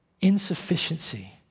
insufficiency